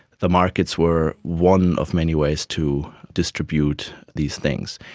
the markets were one of many ways to distribute these things.